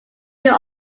feel